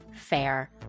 fair